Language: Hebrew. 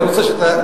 אני יודע.